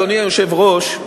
אדוני היושב-ראש,